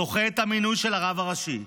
דוחה את המינוי של הרב הראשי,